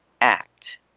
act